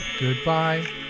Goodbye